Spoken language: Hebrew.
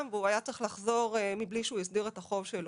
והוא היה צריך לחזור מבלי שהוא הסדיר את החוב שלו.